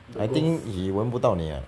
I think he 吻不到你 ah